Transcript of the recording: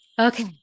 okay